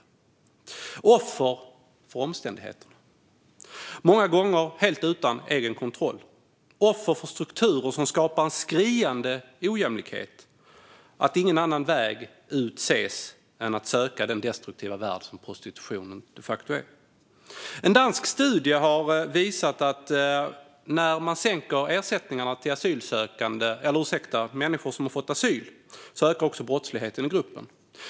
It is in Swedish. De är offer för omständigheterna, många gånger helt utan egen kontroll - offer för strukturer som skapar skriande ojämlikhet där ingen annan väg ut ses än att söka sig till den destruktiva värld som prostitutionen de facto är. En dansk studie har visat att när man sänker ersättningarna till människor som fått asyl ökar också brottsligheten i gruppen.